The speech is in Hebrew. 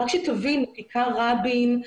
כיכר רבין,